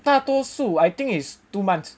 大多数 I think is two months